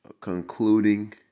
concluding